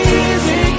easy